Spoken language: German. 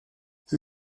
sie